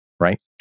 right